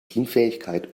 teamfähigkeit